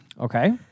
Okay